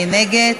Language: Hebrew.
מי נגד?